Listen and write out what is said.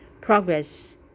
Progress